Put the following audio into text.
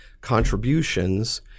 contributions